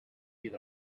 eat